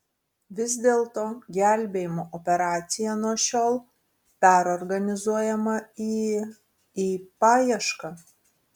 vis dėlto gelbėjimo operacija nuo šiol perorganizuojama į į paiešką